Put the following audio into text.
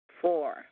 Four